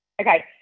Okay